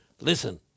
listen